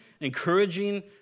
encouraging